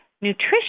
nutrition